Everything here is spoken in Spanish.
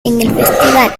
festival